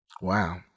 Wow